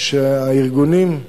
שהארגונים,